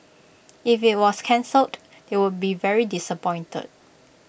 if IT was cancelled they would be very disappointed